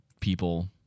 people